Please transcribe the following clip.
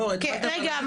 רגע.